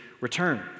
return